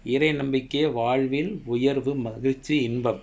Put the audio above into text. இறைநம்பிக்கை வாழ்வில் உயர்வு மகிழ்ச்சி இன்பம்:irainambikkai vazhvil uyarvu magizhchi inbam